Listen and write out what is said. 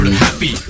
happy